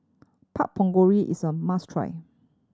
Pork Bulgogi is a must try